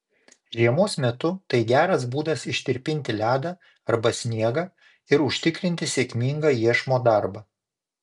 žiemos metu tai geras būdas ištirpinti ledą arba sniegą ir užtikrinti sėkmingą iešmo darbą